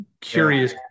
curious –